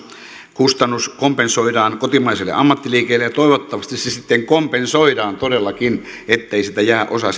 kustannus kompensoidaan kotimaiselle ammattiliikenteelle ja toivottavasti se sitten kompensoidaan todellakin ettei siitä jää osa